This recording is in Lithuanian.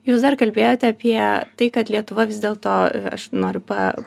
jūs dar kalbėjote apie tai kad lietuva vis dėlto aš noriu pa